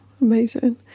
amazing